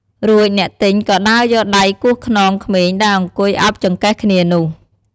រួចអ្នកទិញក៏ដើរយកដៃគោះខ្នងក្មេងដែលអង្គុយឱបចង្កេះគ្នានោះ ។